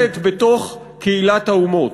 מקובלת בתוך קהילת האומות.